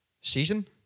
Season